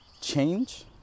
Change